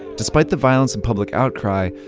despite the violence and public outcry,